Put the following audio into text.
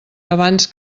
abans